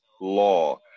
law